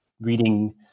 reading